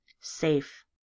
safe